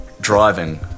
driving